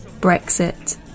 Brexit